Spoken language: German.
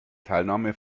teilnahme